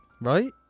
Right